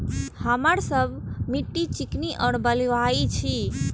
हमर सबक मिट्टी चिकनी और बलुयाही छी?